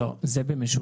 לא, זה במשולב.